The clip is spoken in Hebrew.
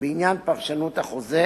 בעניין פרשנות החוזה,